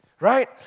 right